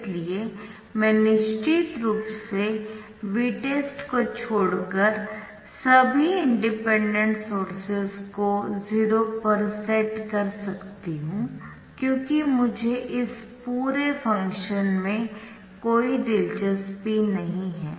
इसलिए मैं निश्चित रूप से Vtest को छोड़कर सभी इंडिपेंडेंट सोर्सेस को 0 पर सेट कर सकती हूं क्योंकि मुझे इस पूरे फ़ंक्शन में कोई दिलचस्पी नहीं है